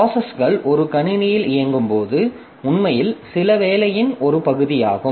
ப்ராசஸ்கள் ஒரு கணினியில் இயங்கும்போது உண்மையில் சில வேலையின் ஒரு பகுதியாகும்